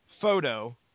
photo